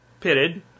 pitted